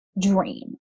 dream